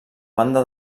banda